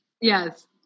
yes